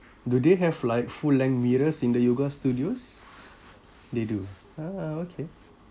do they have like full length mirrors in the yoga studios they do ah okay